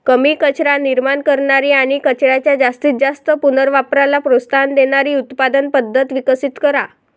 कमी कचरा निर्माण करणारी आणि कचऱ्याच्या जास्तीत जास्त पुनर्वापराला प्रोत्साहन देणारी उत्पादन पद्धत विकसित करा